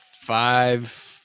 five